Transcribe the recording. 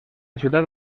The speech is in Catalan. ciutat